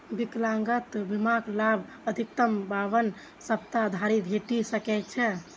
विकलांगता बीमाक लाभ अधिकतम बावन सप्ताह धरि भेटि सकै छै